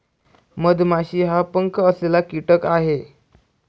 मधमाशी हा पंख असलेला कीटक आहे